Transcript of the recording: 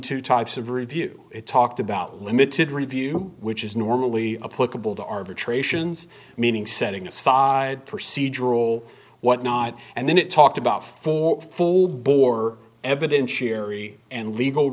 two types of review it talked about limited review which is normally a political to arbitrations meaning setting aside procedural whatnot and then it talked about for full bore evidence sherry and legal